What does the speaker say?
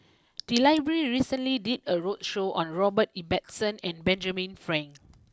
the library recently did a roadshow on Robert Ibbetson and Benjamin Frank